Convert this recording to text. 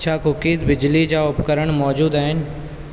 छा कुकीज़ बिजली जा उपकरण मौजूदु आहिनि